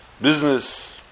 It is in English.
business